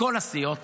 מכל הסיעות